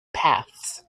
paths